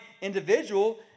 individual